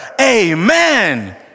Amen